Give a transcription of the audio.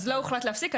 לא הוחלט להפסיק.